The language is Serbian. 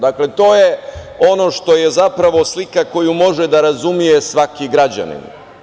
Dakle, to je ono što je zapravo slika koju može da razume svaki građanin.